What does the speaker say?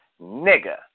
nigger